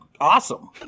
Awesome